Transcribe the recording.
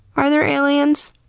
are there aliens?